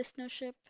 listenership